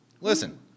Listen